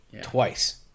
twice